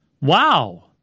Wow